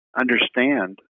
understand